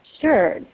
Sure